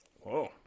Whoa